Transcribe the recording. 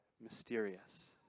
mysterious